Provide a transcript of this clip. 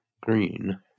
green